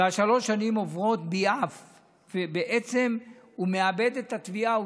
ושלוש השנים עוברות ביעף ובעצם הוא מאבד את התביעה.